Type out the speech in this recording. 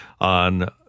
on